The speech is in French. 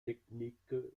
technique